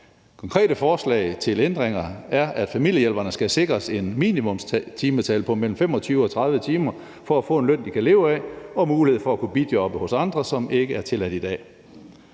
Konkrete forslag til ændringer er, at familiehjælperne skal sikres et minimumstimetal på mellem 25 og 30 timer for at få en løn, de kan leve af, og mulighed for at kunne bijobbe hos andre, hvad der ikke er tilladt i dag.